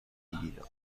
بگیرم